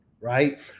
right